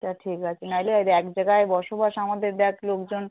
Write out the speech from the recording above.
তা ঠিক আছে নাহলের এক জায়গায় বসবাস আমাদের দেখ লোকজন